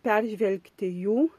peržvelgti jų